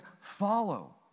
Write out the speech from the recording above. follow